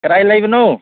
ꯀꯗꯥꯏ ꯂꯩꯕꯅꯣ